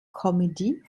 comedy